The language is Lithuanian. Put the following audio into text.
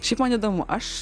šiaip man įdomu aš